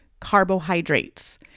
carbohydrates